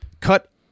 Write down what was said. cut